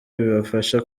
bibafasha